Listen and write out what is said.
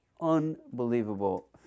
unbelievable